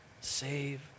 save